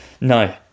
No